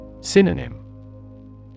Synonym